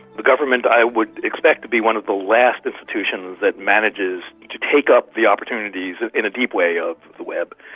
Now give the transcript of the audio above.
the government i would expect to be one of the last institutions that manages to take up the opportunities in a deep way of the web,